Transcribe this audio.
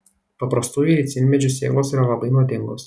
paprastųjų ricinmedžių sėklos yra labai nuodingos